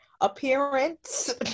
appearance